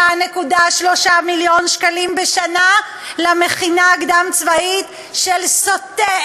5.3 מיליון שקלים בשנה למכינה הקדם-צבאית של סוטה,